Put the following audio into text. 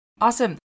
Awesome